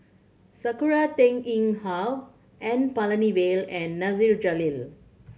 Sakura Teng Ying Hua N Palanivelu and Nasir Jalil